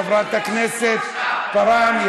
חברת הכנסת יעל כהן-פארן.